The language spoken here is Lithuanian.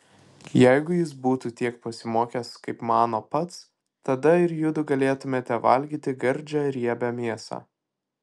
jeigu jis būtų tiek pasimokęs kaip mano pats tada ir judu galėtumėte valgyti gardžią riebią mėsą